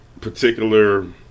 particular